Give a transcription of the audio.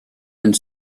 and